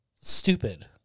stupid